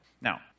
Now